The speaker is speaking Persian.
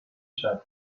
شبنم